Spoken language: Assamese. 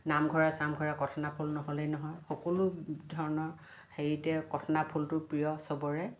নামঘৰে চামঘৰে কঠনা ফুল নহ'লেই নহয় সকলো ধৰণৰ হেৰিতে কঠনা ফুলটো প্ৰিয় চবৰে